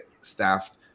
staffed